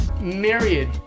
myriad